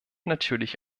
natürlich